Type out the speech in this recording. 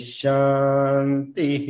shanti